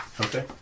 Okay